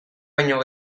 baino